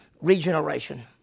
regeneration